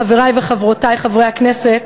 חברי וחברותי חברי הכנסת,